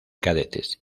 cadetes